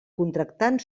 contractant